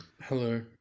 hello